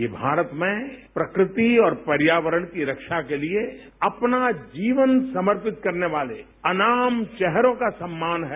ये भारत में प्रकृति और पर्यावरण की रक्षा के लिए अपना जीवन समर्पित करने वाले अनाम चेहरों का सम्मान है